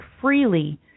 freely